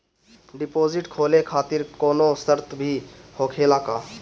Deposit खोले खातिर कौनो शर्त भी होखेला का?